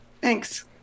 Thanks